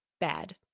bad